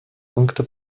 пункта